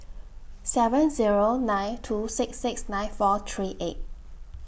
seven Zero nine two six six nine four three eight